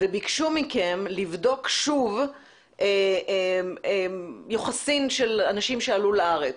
וביקשו מכם לבדוק שוב יוחסין של אנשים שעלו לארץ,